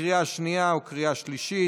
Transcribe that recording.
לקריאה שנייה וקריאה שלישית.